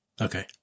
Okay